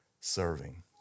serving